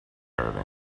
caravan